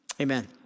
Amen